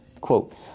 Quote